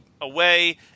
away